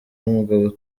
n’umugabo